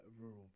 rural